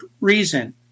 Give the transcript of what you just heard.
reason